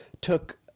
took